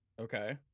Okay